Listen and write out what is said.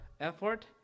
effort